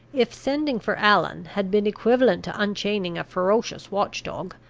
if sending for allan had been equivalent to unchaining a ferocious watch-dog,